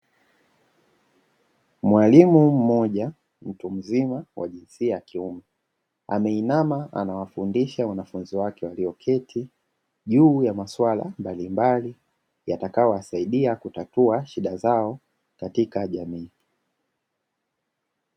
Mwalimu mmoja mtu mzima wa jinsia ya kiume ameinama anawafundisha wanafunzi wake walioketi juu ya maswala mbalimbali yatakayowasaidia kutatua shida zao katika jamii.